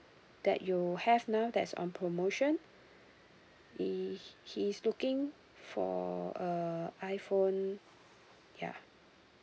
that you have now that's on promotion he he is looking for a iphone ya